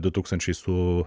du tūkstančiai su